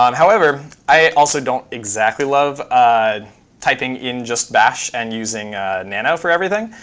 um however, i also don't exactly love ah typing in just bash and using nano for everything.